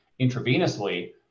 intravenously